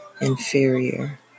inferior